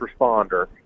responder